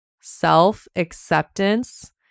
self-acceptance